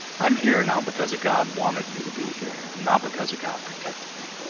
i'm here now because a god wanted me to be here not because of god protected me